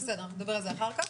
בסדר, אנחנו נדבר על זה אחר כך,